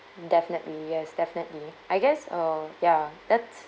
definitely yes definitely I guess uh ya that's